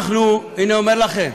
אנחנו, אני אומר לכם,